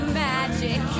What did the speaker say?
magic